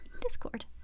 Discord